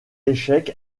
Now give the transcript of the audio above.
échecs